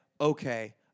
okay